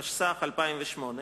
התשס"ח 2008,